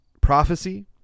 prophecy